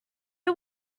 are